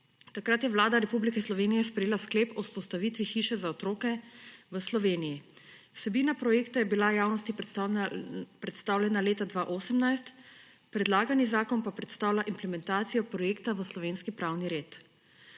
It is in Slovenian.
Takrat je Vlada Republike Slovenije sprejela sklep o vzpostavitvi hiše za otroke v Sloveniji. Vsebina projekta je bila javnosti predstavljena leta 2018, predlagani zakon pa predstavlja implementacijo projekta v slovenski pravni red.